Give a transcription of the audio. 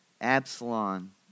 Absalom